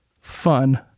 fun